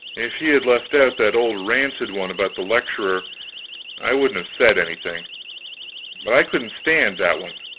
if he had left out that old rancid one about the lecturer i wouldn't have said anything but i couldn't stand that one.